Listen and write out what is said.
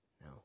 No